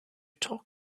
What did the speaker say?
talk